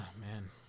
man